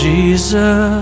Jesus